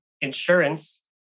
insurance